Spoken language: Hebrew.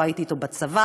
לא הייתי אתו בצבא,